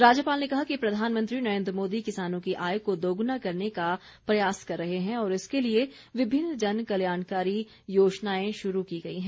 राज्यपाल ने कहा कि प्रधानमंत्री नरेन्द्र मोदी किसानों की आय को दोगुना करने का प्रयास कर रहे हैं और इसके लिए विभिन्न जनकल्याणकारी योजनाएं शुरू की गई हैं